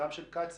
גם של קצא"א,